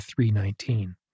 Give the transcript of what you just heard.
3.19